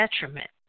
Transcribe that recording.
detriment